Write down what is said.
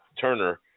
Turner